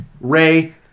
Ray